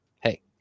hey